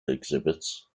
exhibits